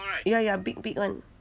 ya ya big big [one]